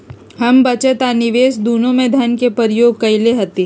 हम बचत आ निवेश दुन्नों में धन के प्रयोग कयले हती